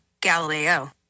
Galileo